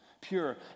pure